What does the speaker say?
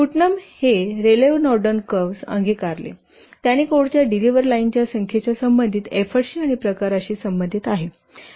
Putnam हे Rayleigh Norden curve Rayleigh Norden's curve अंगीकारले त्याने कोडच्या डिलिव्हर लाइनच्या संख्येशी संबंधित एफ्फोर्टशी आणि प्रकाराशी संबंधित आहे